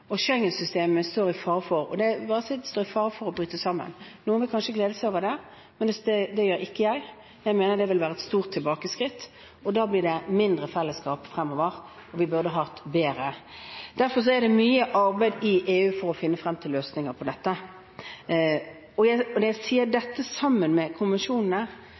og Schengen-systemet står i fare for å bryte sammen. Noen vil kanskje glede seg over det, men det gjør ikke jeg. Jeg mener det ville være et stort tilbakeskritt, og da blir det mindre fellesskap fremover – vi burde hatt mer. Derfor arbeides det mye i EU for å finne frem til løsninger på dette. Når jeg sier dette om konvensjonene, er det klart at hvis ingen andre land ender opp med